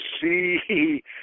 see